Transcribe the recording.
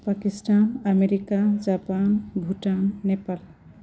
Pakistan America Japan Bhutan Nepal